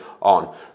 on